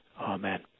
Amen